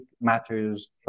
matters